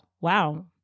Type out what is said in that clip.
Wow